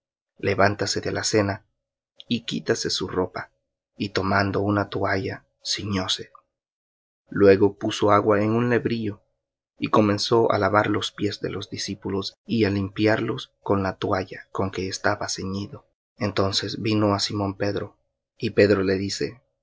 levántase de la cena y quítase su ropa y tomando una toalla ciñóse luego puso agua en un lebrillo y comenzó á lavar los pies de los discípulos y á limpiarlos con la toalla con que estaba ceñido entonces vino á simón pedro y pedro le dice